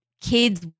kids